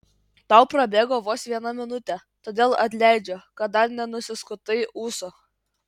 tau prabėgo vos viena minutė todėl atleidžiu kad dar nenusiskutai ūsų